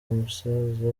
musaza